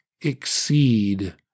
exceed